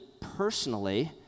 personally